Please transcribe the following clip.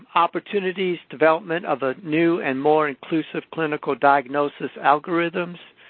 um opportunities-development of a new and more inclusive clinical diagnosis algorithms.